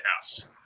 House